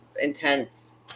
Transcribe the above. intense